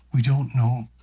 we don't know.